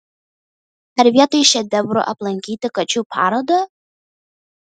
ar vietoj šedevrų aplankyti kačių parodą